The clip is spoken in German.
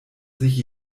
sich